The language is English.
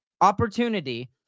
opportunity